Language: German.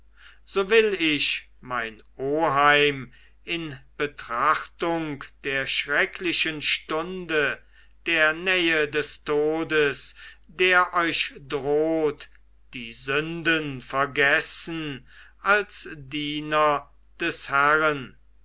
so will ich mein oheim in betrachtung der schrecklichen stunde der nähe des todes der euch droht die sünde vergeben als diener des herren